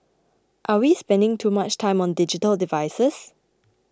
are we spending too much time on digital devices